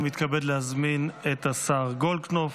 אני מתכבד להזמין את השר גולדקנופ,